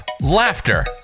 laughter